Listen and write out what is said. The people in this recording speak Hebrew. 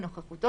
בנוכחותו,